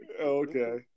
Okay